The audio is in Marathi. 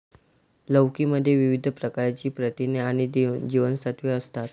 लौकी मध्ये विविध प्रकारची प्रथिने आणि जीवनसत्त्वे असतात